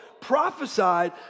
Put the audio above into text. prophesied